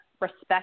respect